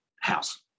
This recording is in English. house